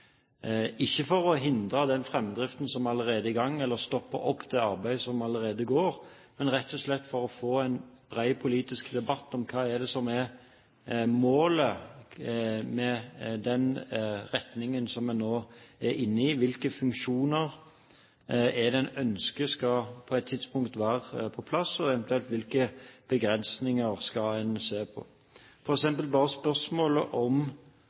ikke for å hindre den framdriften som allerede er i gang, eller for å stoppe det arbeidet som allerede pågår, men rett og slett for å få en bred politisk debatt om hva som er målet med den retningen som vi nå er inne i – hvilke funksjoner er det en ønsker på et tidspunkt skal være på plass, og eventuelt hvilke begrensninger skal en se på? For eksempel: Spørsmålet om